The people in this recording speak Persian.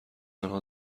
آنها